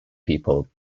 people